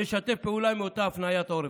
נשתף פעולה עם אותה הפניית עורף.